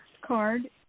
card